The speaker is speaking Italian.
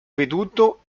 veduto